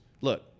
look